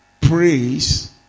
praise